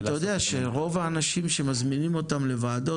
אתה יודע שרוב האנשים שמזמינים אותם לוועדות,